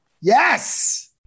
Yes